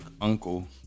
uncle